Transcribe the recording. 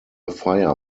fire